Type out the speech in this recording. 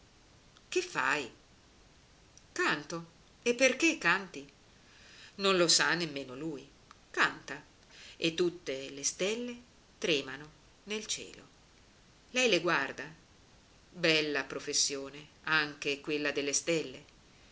che fai canto e perché canti non lo sa nemmeno lui canta e tutte le stelle tremano nel cielo lei le guarda bella professione anche quella delle stelle